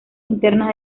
internas